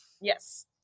Yes